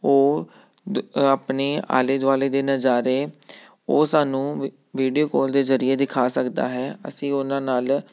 ਉਹ ਦੁ ਆਪਣੇ ਆਲੇ ਦੁਆਲੇ ਦੇ ਨਜ਼ਾਰੇ ਉਹ ਸਾਨੂੰ ਵੀ ਵੀਡੀਓ ਕੋਲ ਦੇ ਜ਼ਰੀਏ ਦਿਖਾ ਸਕਦਾ ਹੈ ਅਸੀਂ ਉਹਨਾਂ ਨਾਲ